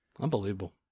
Unbelievable